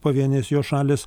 pavienės jos šalys